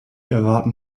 erwarten